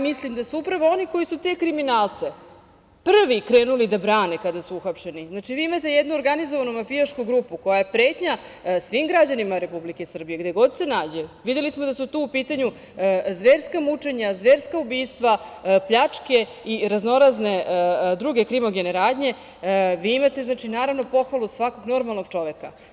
Mislim da su upravo oni koji su te kriminalce prvi krenuli da brane kada su uhapšeni, znači, vi imate jednu organizovanu mafijašku grupu koja je pretnja svim građanima Republike Srbije, gde god se nađe, videli smo da su tu u pitanju zverska mučenja, zverska ubistva, pljačke i raznorazne druge krimogene radnje, imate naravno pohvalu svakog normalnog čoveka.